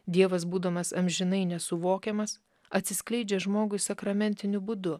dievas būdamas amžinai nesuvokiamas atsiskleidžia žmogui sakramentiniu būdu